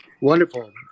Wonderful